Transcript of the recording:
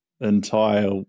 entire